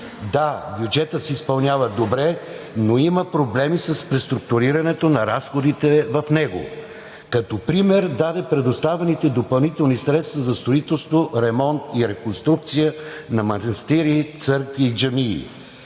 да, бюджетът се изпълнява добре, но има проблеми с преструктурирането на разходите в него. Като пример даде предоставените допълнителни средства за строителство, ремонт и реконструкция на манастири, църкви и джамии.